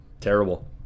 Terrible